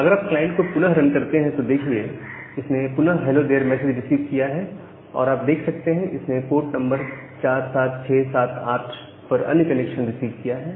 अगर आप क्लाइंट को पुनः रन करते हैं तो देखिए इसने पुनः हेलो देर मैसेज रिसीव किया है और आप देख सकते हैं इसने पोर्ट नंबर 47678 पर अन्य कनेक्शन रिसीव किया है